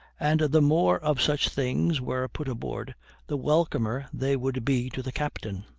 and the more of such things were put aboard the welcomer they would be to the captain.